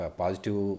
positive